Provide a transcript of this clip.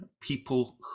people